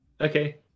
okay